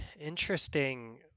interesting